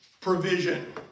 provision